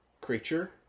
creature